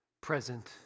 present